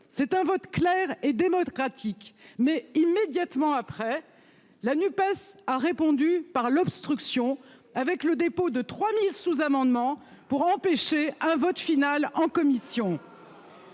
C'est un vote clair et démocratique, mais immédiatement après la NUPES a répondu par l'obstruction avec le dépôt de 3000 sous-amendement pour empêcher un vote final en commission.